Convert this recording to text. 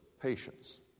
patience